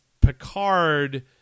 Picard